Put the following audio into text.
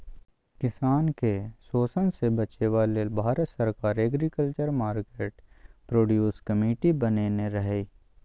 किसान केँ शोषणसँ बचेबा लेल भारत सरकार एग्रीकल्चर मार्केट प्रोड्यूस कमिटी बनेने रहय